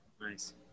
nice